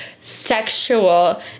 sexual